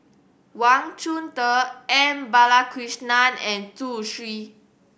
Wang Chunde M Balakrishnan and Zhu Xu